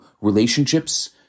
relationships